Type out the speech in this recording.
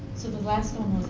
so the last